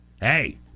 Hey